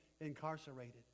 incarcerated